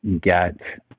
get